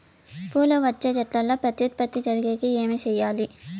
పూలు వచ్చే చెట్లల్లో ప్రత్యుత్పత్తి జరిగేకి ఏమి చేయాలి?